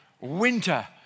winter